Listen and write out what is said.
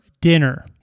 dinner